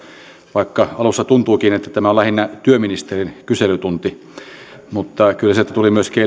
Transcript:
vaikka alussa tuntuikin että tämä on lähinnä työministerin kyselytunti kyllä sieltä tuli myöskin